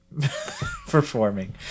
performing